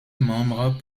membre